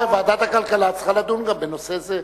שוועדת הכלכלה צריכה לדון גם בנושא זה.